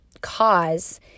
cause